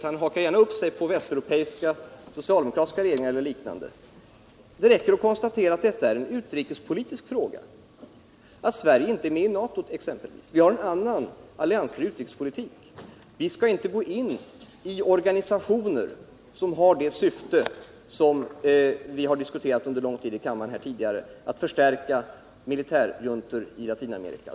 Han hakar upp sig på västeuropeiska socialdemokratiska regeringar eller liknande. Det räcker med att konstatera att detta är en utrikespolitisk fråga, att Sverige inte är med i NATO. Vi har en annan och alliansfri utrikespolitik. Vi skall inte gå in i organisationer som har det syfte vi diskuterat under lång tid här i kammaren, att förstärka militärjuntor i Latinamerika.